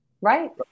Right